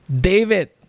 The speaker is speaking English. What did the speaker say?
David